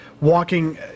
walking